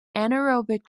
anaerobic